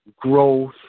growth